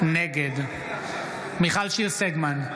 נגד מיכל שיר סגמן,